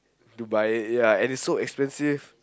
Dubai ya it is so expensive